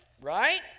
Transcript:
right